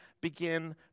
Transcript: begin